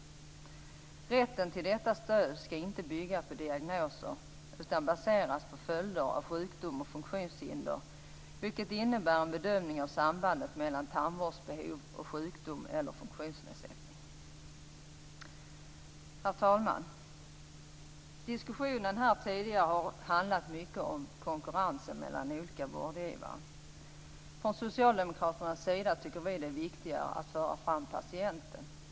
Rätten till detta stöd skall inte bygga på diagnoser, utan baseras på följder av sjukdom och funktionshinder. Det innebär en bedömning av sambandet mellan tandvårdsbehov och sjukdom eller funktionsnedsättning. Herr talman! Diskussionen här har tidigare handlat mycket om konkurrensen mellan olika vårdgivare. Från Socialdemokraternas sida tycker vi att det är viktigare att föra fram patienten.